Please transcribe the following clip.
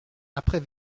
après